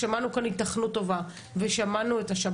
ושמענו כאן היתכנות טובה,